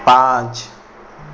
પાંચ